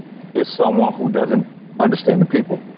is someone who doesn't understand the people.